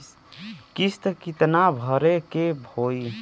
किस्त कितना भरे के होइ?